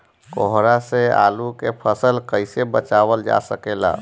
कोहरा से आलू के फसल कईसे बचावल जा सकेला?